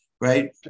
Right